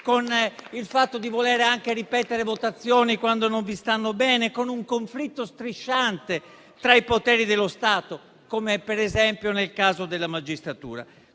il fatto di voler ripetere votazioni quando non vi stanno bene, con un conflitto strisciante tra i poteri dello Stato, come per esempio nel caso della magistratura.